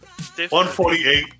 148